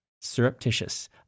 Surreptitious